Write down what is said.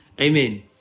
Amen